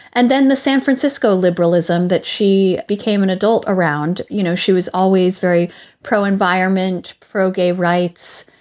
and then the san francisco liberalism that she became an adult around, you know, she was always very pro environment, pro-gay rights,